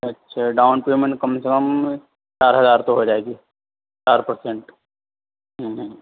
اچھا down payment کم سے کم چار ہزار تو ہو جائے گی چار پر سینٹ ہوں ہوں